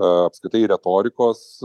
apskritai retorikos